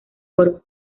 oro